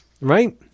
right